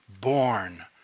born